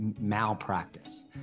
malpractice